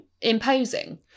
imposing